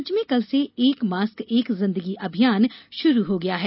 राज्य में कल से एक मास्क एक जिंदगी अभियान शुरू हो गया है